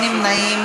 נא להצביע.